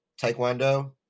Taekwondo